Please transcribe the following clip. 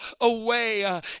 away